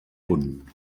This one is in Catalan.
punt